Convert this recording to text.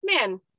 man